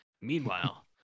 Meanwhile